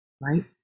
right